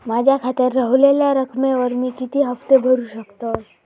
माझ्या खात्यात रव्हलेल्या रकमेवर मी किती हफ्ते भरू शकतय?